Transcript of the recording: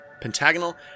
Pentagonal